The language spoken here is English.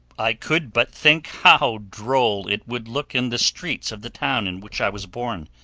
i could but think how droll it would look in the streets of the town in which i was born.